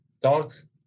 dogs